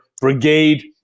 brigade